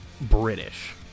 British